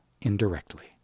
indirectly